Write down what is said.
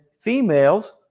females